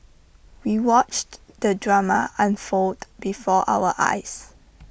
we watched the drama unfold before our eyes